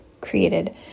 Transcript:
created